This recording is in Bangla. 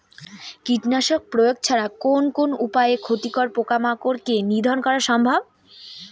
কীটনাশক প্রয়োগ ছাড়া কোন কোন উপায়ে ক্ষতিকর পোকামাকড় কে নিধন করা সম্ভব?